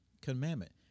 commandment